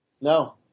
No